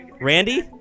Randy